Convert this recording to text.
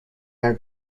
are